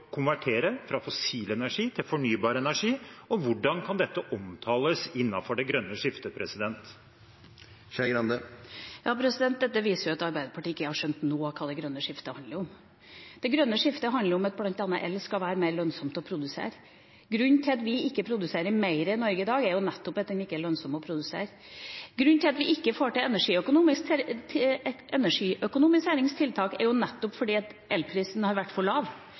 konvertere fra fossil energi til fornybar energi? Og hvordan kan dette omtales innenfor det grønne skiftet? Dette viser jo at Arbeiderpartiet ikke har skjønt noe av hva det grønne skiftet handler om. Det grønne skiftet handler om at bl.a. el skal være mer lønnsomt å produsere. Grunnen til at vi ikke produserer mer i Norge i dag, er nettopp at den ikke er lønnsom å produsere. Grunnen til at vi ikke får til energiøkonomiseringstiltak, er nettopp at elprisen har vært for lav.